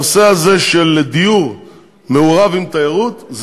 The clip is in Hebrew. הנושא הזה של דיור מעורב עם תיירות,